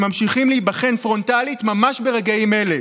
שממשיכים להיבחן פרונטלית ממש ברגעים אלה.